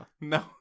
No